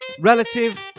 relative